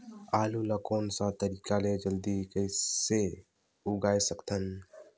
आलू ला कोन सा तरीका ले जल्दी कइसे उगाय सकथन?